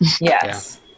Yes